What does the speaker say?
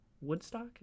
Woodstock